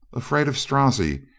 afraid of strozzi,